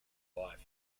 wife